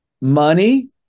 money